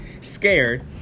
scared